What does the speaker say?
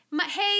hey